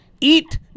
eat